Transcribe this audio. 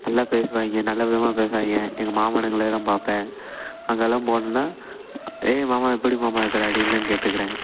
நல்லா பேசுவாங்க நல்ல விதமாக பேசுவாங்க எங்கள் மாமனுங்களைலாம் பார்ப்பேன் அங்கெல்லாம் போனேன்னா ஏ மாமா எப்படி மாமா இருக்கிற அப்டின்னுலாம் கேட்டுருக்குறேன்